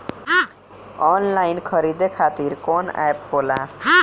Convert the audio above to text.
Online खरीदे खातीर कौन एप होला?